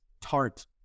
tart